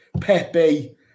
Pepe